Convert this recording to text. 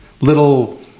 little